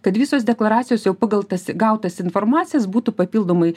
kad visos deklaracijos jau pagal tas gautas informacijas būtų papildomai